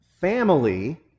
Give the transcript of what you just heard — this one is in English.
family